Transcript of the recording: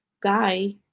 guy